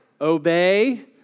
obey